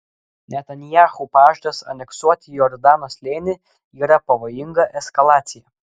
netanyahu pažadas aneksuoti jordano slėnį yra pavojinga eskalacija